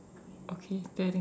okay is there anything